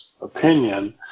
opinion